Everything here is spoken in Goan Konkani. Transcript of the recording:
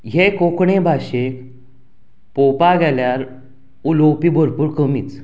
हे कोंकणी भाशेक पळोवपा गेल्यार उलोवपी भरपूर कमीच